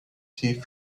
tea